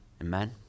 Amen